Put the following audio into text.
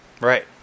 Right